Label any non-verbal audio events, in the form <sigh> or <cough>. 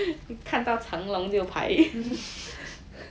<laughs>